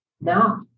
now